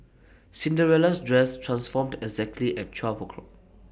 Cinderella's dress transformed exactly at twelve o'clock